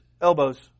elbows